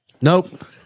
Nope